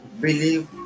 believe